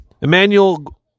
Emmanuel